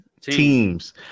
Teams